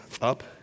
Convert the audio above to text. up